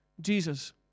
Jesus